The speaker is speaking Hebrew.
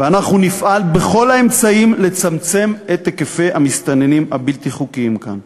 ואנחנו נפעל בכל האמצעים לצמצם את היקפי המסתננים הבלתי-חוקיים כאן.